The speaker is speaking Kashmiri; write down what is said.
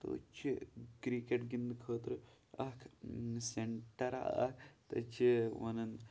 تہٕ چھِ کِرٛکَٹ گِنٛدنہٕ خٲطرٕ اَکھ سینٹَرا اَکھ تَتھ چھِ ونان